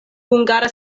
hungara